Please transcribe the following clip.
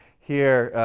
here,